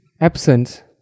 absence